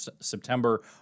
September